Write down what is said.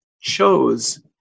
chose